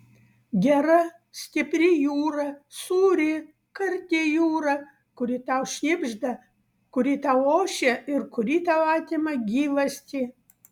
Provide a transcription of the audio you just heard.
gera stipri jūra sūri karti jūra kuri tau šnibžda kuri tau ošia ir kuri tau atima gyvastį